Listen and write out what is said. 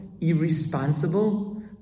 irresponsible